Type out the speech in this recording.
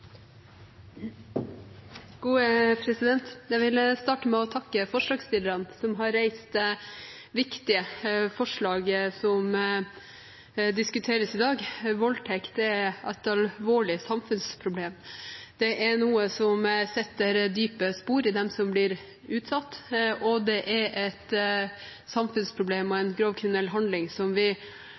vil starte med å takke forslagsstillerne, som har reist viktige forslag til diskusjon i dag. Voldtekt er et alvorlig samfunnsproblem. Det setter dype spor i dem som blir utsatt for det, og det er en grov kriminell handling som vi